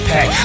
Pack